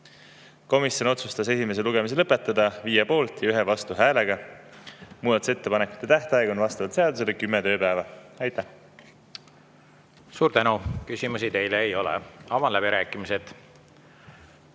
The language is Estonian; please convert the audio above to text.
Komisjon otsustas esimese lugemise lõpetada: 5 poolthäält ja 1 vastuhääl. Muudatusettepanekute tähtaeg on vastavalt seadusele kümme tööpäeva. Aitäh! Suur tänu! Küsimusi teile ei ole. Avan läbirääkimised.